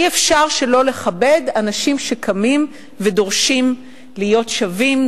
אי-אפשר שלא לכבד אנשים שקמים ודורשים להיות שווים,